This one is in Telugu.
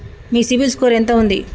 మీ సిబిల్ స్కోర్ ఎంత ఉంది?